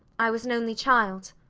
i was an only child.